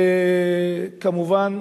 וכמובן,